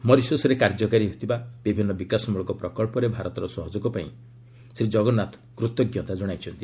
ମରିସସ୍ରେ କାର୍ଯ୍ୟକାରୀ ହେଉଥିବା ବିଭିନ୍ନ ବିକାଶମୂଳକ ପ୍ରକଚ୍ଚରେ ଭାରତର ସହଯୋଗ ପାଇଁ ଶ୍ରୀଜଗନ୍ନାଥ କୃତଜ୍ଞତା ଜଣାଇଛନ୍ତି